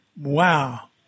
wow